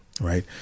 right